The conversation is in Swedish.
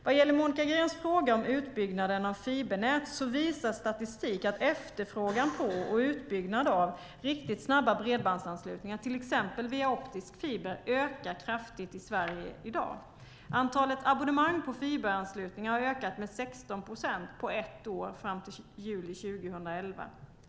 Vad gäller Monica Greens fråga om utbyggnaden av fibernät visar statistik att efterfrågan på och utbyggnad av riktigt snabba bredbandsanslutningar, till exempel via optisk fiber, ökar kraftigt i Sverige i dag. Antalet abonnemang på fiberanslutningar har ökat med 16 procent på ett år fram till juli 2011.